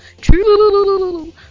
True